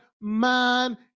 man